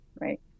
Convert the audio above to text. right